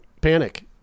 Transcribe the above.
panic